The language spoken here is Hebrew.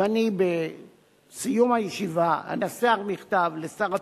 ואני בסיום הישיבה אנסח מכתב לשר הפנים,